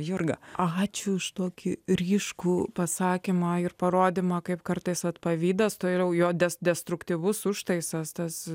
jurga ačiū už tokį ryškų pasakymą ir parodymą kaip kartais va pavydas taira jau jo des destruktyvus užtaisas tas